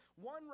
one